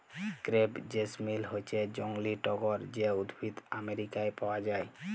crepe jasmine হচ্যে জংলী টগর যে উদ্ভিদ আমেরিকায় পাওয়া যায়